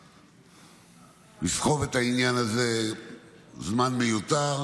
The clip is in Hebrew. לסחוב את העניין הזה זמן מיותר,